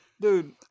Dude